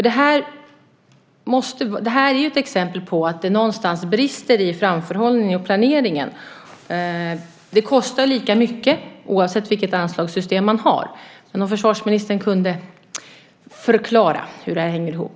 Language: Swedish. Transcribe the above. Det här är ett exempel på att det någonstans brister i framförhållningen och planeringen. Det kostar lika mycket oavsett vilket anslagssystem man har. Jag skulle vara tacksam om försvarsministern kunde förklara hur det hänger ihop.